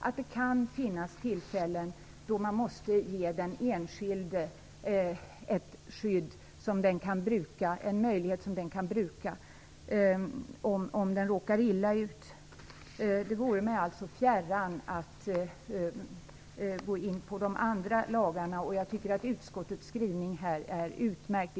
Det kan alltså finnas tillfällen då den enskilde måste ges ett skydd, en möjlighet, som den enskilde kan bruka om han eller hon råkar illa ut. Det vore mig fjärran att gå in på de andra lagarna. Jag tycker att utskottets skrivning här är utmärkt.